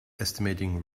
estimating